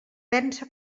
pensa